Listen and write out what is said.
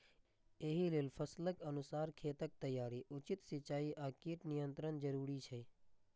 एहि लेल फसलक अनुसार खेतक तैयारी, उचित सिंचाई आ कीट नियंत्रण जरूरी छै